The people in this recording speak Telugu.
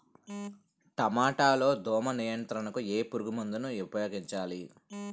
టమాటా లో దోమ నియంత్రణకు ఏ పురుగుమందును ఉపయోగించాలి?